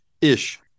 ish